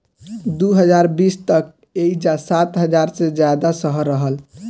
दू हज़ार बीस तक एइजा सात हज़ार से ज्यादा शहर रहल